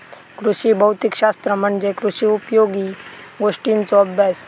कृषी भौतिक शास्त्र म्हणजे कृषी उपयोगी गोष्टींचों अभ्यास